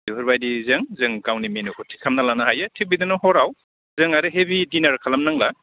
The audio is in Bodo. बेफोरबायदिजों जों गावनि मेनुखौ थिक खालामना लानो हायो थिक बिदिनो हराव जों आरो हेभि डिनार खालाम नांला